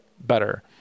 better